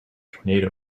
tornado